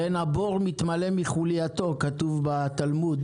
ואין הבור מתמלא מחוליתו, כתוב בתלמוד.